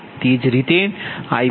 તેજ રીતે I13V1f V3fZ130